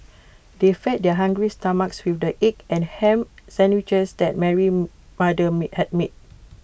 they fed their hungry stomachs with the egg and Ham Sandwiches that Mary's mother had made